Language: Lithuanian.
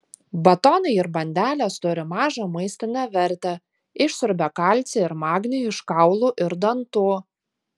batonai ir bandelės turi mažą maistinę vertę išsiurbia kalcį ir magnį iš kaulų ir dantų